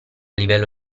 livello